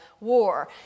War